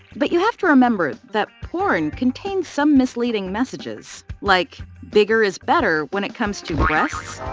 but you have to remember that porn contains some misleading messages like bigger is better when it comes to breasts,